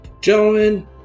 Gentlemen